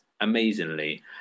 amazingly